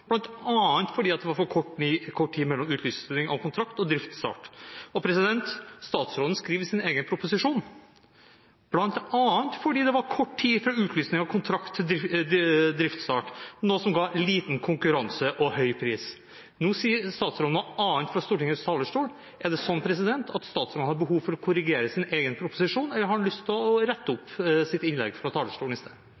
bl.a. fordi det var for kort tid mellom utlysning av kontrakt og driftsstart. Statsråden skriver i sin egen proposisjon: «m.a. fordi det var kort tid frå utlysing av kontrakt til driftsstart, noko som gav liten konkurranse og høg pris». Nå sier statsråden noe annet fra Stortingets talerstol. Er det slik at statsråden har behov for å korrigere sin egen proposisjon, eller har han lyst til å rette opp sitt innlegg fra talerstolen i sted?